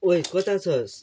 ओइ कता छस्